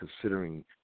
considering